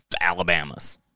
Alabama's